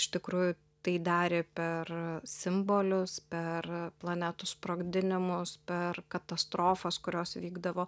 iš tikrųjų tai darė per simbolius per planetų sprogdinimus per katastrofas kurios vykdavo